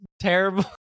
terrible